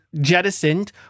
jettisoned